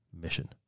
mission